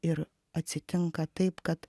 ir atsitinka taip kad